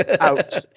Ouch